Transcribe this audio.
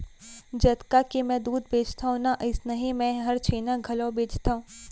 जतका के मैं दूद बेचथव ना अइसनहे मैं हर छेना घलौ बेचथॅव